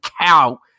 cow